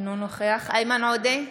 אינו נוכח איימן עודה,